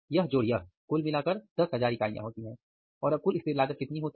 यह जोड़ यह कुल मिलाकर 10000 इकाइयां होता है और अब कुल स्थिर लागत कितनी होती है